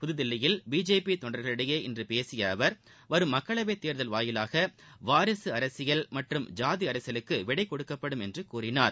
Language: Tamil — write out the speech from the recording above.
புதுதில்லியில் பிஜேபி தொண்டர்களிடையே இன்று பேசிய அவர் வரும் மக்களவைத்தேர்தல் மூலம் வாரிசு அரசியல் மற்றும் சாதி அரசியலுக்கு விடை கொடுக்கப்படும் என்று கூறினார்